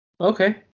Okay